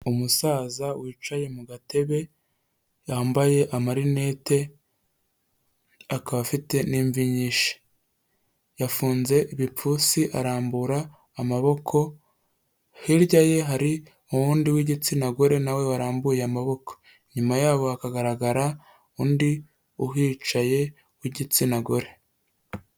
Umusaza wicaye mu gatebe yambaye amarinete akaba afite n'imvi nyinshi, yafunze ibipfunsi arambura amaboko, hirya ye hari uwundi w'igitsina gore nawe warambuye amaboko, inyuma yabo hakagaragara undi uhicaye w'igitsina gore.